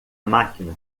máquina